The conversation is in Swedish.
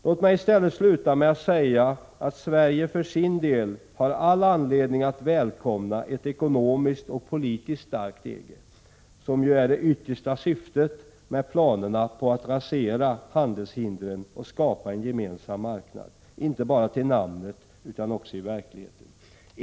Låt mig i stället sluta med att säga att Sverige för sin del har all anledning att välkomna ett ekonomiskt och politiskt starkt EG, som ju är det yttersta syftet med planerna på att rasera handelshindren och skapa en gemensam marknad inte bara till namnet utan också i verkligheten.